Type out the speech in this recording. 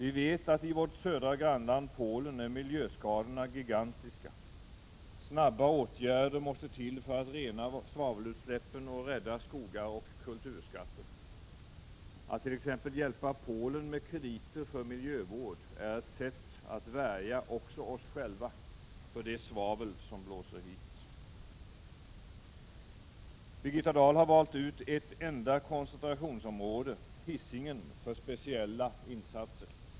I vårt södra grannland Polen är miljöskadorna gigantiska. Snabba åtgärder måste till för att rena svavelutsläppen och rädda skogar och kulturskatter. hjälpa Polen med krediter för miljövård är ett sätt att värja också oss själva för det svavel som blåser hit. Birgitta Dahl har valt ut ett enda koncentrationsområde, Hisingen, för speciella insatser.